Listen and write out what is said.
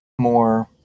more